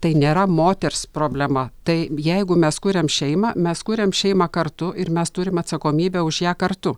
tai nėra moters problema tai jeigu mes kuriam šeimą mes kuriam šeimą kartu ir mes turim atsakomybę už ją kartu